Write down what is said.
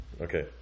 okay